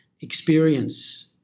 experience